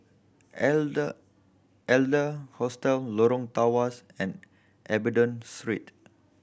elder elder Hostel Lorong Tawas and Abingdon